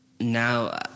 now